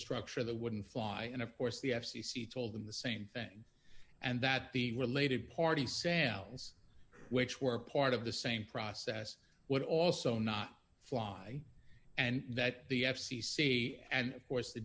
structure that wouldn't fly and of course the f c c told them the same thing and that the related party sales which were part of the same process would also not fly and that the f c c and of course the